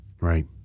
right